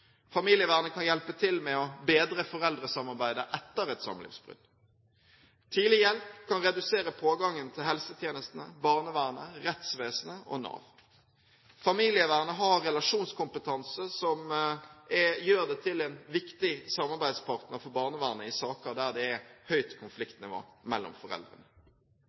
Tidlig hjelp kan redusere pågangen til helsetjenestene, barnevernet, rettsvesenet og Nav. Familievernet har relasjonskompetanse som gjør det til en viktig samarbeidspartner for barnevernet i saker der det er høyt konfliktnivå mellom foreldrene.